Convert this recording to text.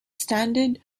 standard